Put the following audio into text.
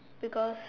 because